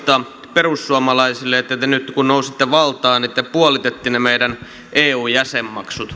perussuomalaisille että nyt kun nousitte valtaan te puolititte ne meidän eu jäsenmaksut